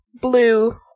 blue